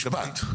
משפט.